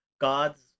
God's